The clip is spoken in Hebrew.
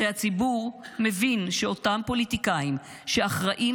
הרי הציבור מבין שאותם פוליטיקאים שאחראים